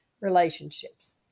relationships